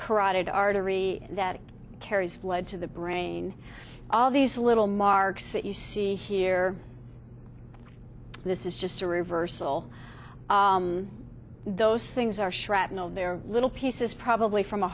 carotid artery that carries fled to the brain all these little marks that you see here this is just a reversal those things are shrapnel they're little pieces probably from a